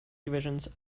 divisions